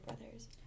brothers